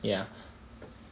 ya